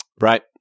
Right